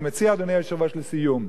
אני מציע, אדוני היושב-ראש, לסיום,